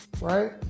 right